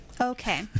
Okay